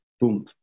boom